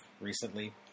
recently